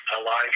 alive